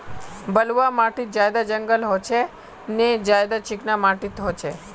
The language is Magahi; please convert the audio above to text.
बलवाह माटित ज्यादा जंगल होचे ने ज्यादा चिकना माटित होचए?